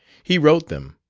he wrote them.